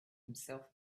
himself